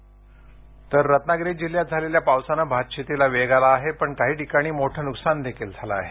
रत्नागिरी रत्नागिरी जिल्ह्यात झालेल्या पावसानं भातशेतीला वेग आला आहे पण काही ठिकाणी मोठं नुकसानही झाल आहे